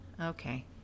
Okay